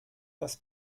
das